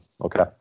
Okay